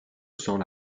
cents